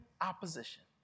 opposition